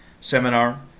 seminar